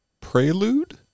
Prelude